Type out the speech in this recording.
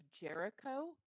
Jericho –